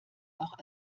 auch